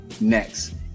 next